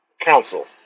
council